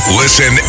listen